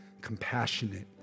compassionate